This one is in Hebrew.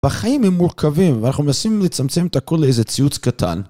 בחיים הם מורכבים ואנחנו מנסים לצמצם את הכל לאיזה ציוץ קטן